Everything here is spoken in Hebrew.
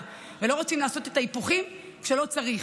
ולא רוצים לעשות את ההיפוכים כשלא צריך.